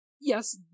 Yes